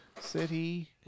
City